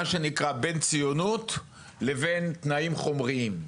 מה שנקרא, בין ציונות לבין תנאים חומריים.